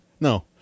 No